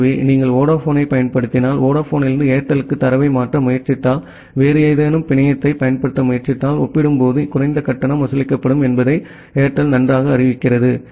ஆகவே நீங்கள் வோடபோனைப் பயன்படுத்தினால் வோடபோனிலிருந்து ஏர்டெல்லுக்கு தரவை மாற்ற முயற்சித்தால் வேறு ஏதேனும் பிணையத்தைப் பயன்படுத்த முயற்சித்தால் ஒப்பிடும்போது குறைந்த கட்டணம் வசூலிக்கப்படும் என்பதை ஏர்டெல் நன்றாக அறிவிக்கிறது